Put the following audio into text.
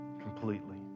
completely